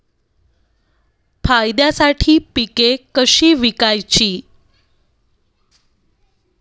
फायद्यासाठी पिके कशी विकायची?